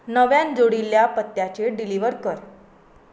नव्यान जोडिल्ल्या पत्त्याचेर डिलीव्हर कर